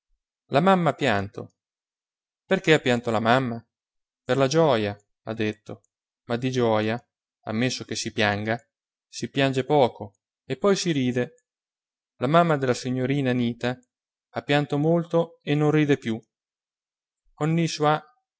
la mamma ha pianto perché ha pianto la mamma per la gioja ha detto ma di gioja ammesso che si pianga si piange poco e poi si ride la mamma della signorina anita ha pianto molto e non ride più